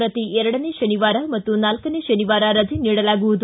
ಶ್ರತಿ ಎರಡನೇ ಶನಿವಾರ ಮತ್ತು ನಾಲ್ಗನೇ ಶನಿವಾರ ರಜೆ ನೀಡಲಾಗುವುದು